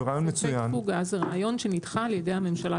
והוא רעיון מצוין --- סעיפי תפוגה זה רעיון שנדחה על ידי הממשלה.